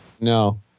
No